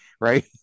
right